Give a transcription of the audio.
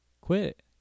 Quit